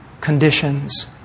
Conditions